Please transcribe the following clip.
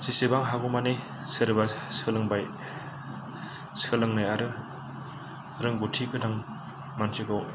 जेसेबां हागौमानि सोरबा सोलोंबाय सोलोंनो आरो रोंगौथि गोनां मानसिखौ